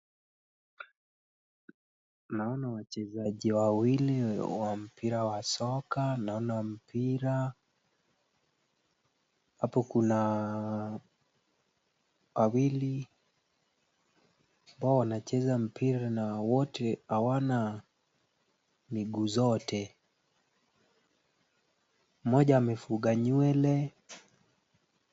Naona wachezaji wawili wa mpira wa soka, naona mpira hapo kuna wawili ambao wanacheza mpira na wote hawana miguu zote. Moja amefuga nywele.